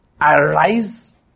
arise